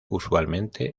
usualmente